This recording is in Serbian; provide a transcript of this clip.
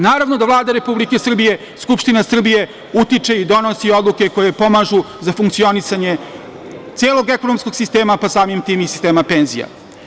Naravno da Vlada Republike Srbije, Skupština Srbije utiče i donosi odluke koje pomažu za funkcionisanje celog ekonomskog sistema, pa samim tim i sistema penzija.